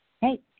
hey